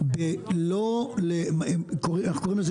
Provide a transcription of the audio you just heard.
איך קוראים לזה,